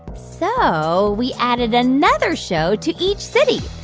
so we added another show to each city.